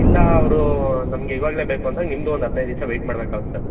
ಇಲ್ಲ ಅವರು ನಮ್ಗೆ ಇವಾಗಲೆ ಬೇಕು ಅಂದಾಗ ನಿಮ್ಮದು ಒಂದು ಹದಿನೈದು ದಿವಸ ವೇಟ್ ಮಾಡ್ಬೇಕಾಗತ್ತೆ ಸರ್